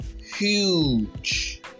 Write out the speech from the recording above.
huge